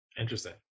Interesting